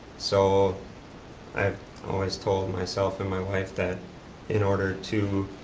so i've always told myself and my wife that in order to